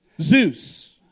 Zeus